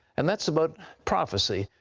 and that's about prophecy.